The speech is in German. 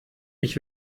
ich